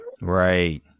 Right